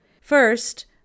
First